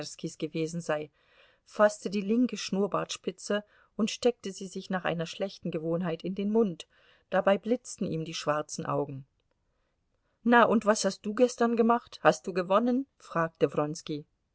gewesen sei faßte die linke schnurrbartspitze und steckte sie sich nach einer schlechten gewohnheit in den mund dabei blitzten ihm die schwarzen augen na und was hast du gestern gemacht hast du gewonnen fragte